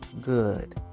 good